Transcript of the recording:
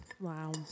wow